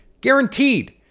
guaranteed